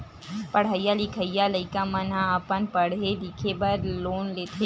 पड़हइया लिखइया लइका मन ह अपन पड़हे लिखे बर लोन लेथे